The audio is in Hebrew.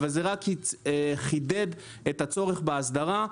אבל זה רק חידד את הצורך בהסדרה.